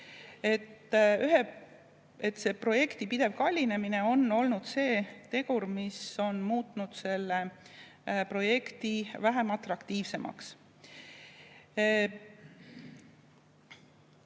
Projekti pidev kallinemine on olnud see tegur, mis on muutnud selle projekti vähem atraktiivseks.